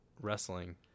Wrestling